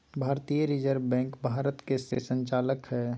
भारतीय reserve bank Bharat के सब बैंक के संचालक हइ